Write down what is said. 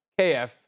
KF